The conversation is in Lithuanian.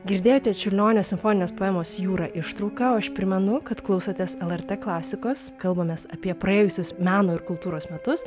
girdėjote čiurlionio simfoninės poemos jūra ištrauką o aš primenu kad klausotės lrt klasikos kalbamės apie praėjusius meno ir kultūros metus